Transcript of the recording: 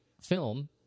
film